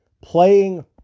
playing